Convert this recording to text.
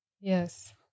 Yes